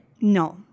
No